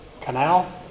Canal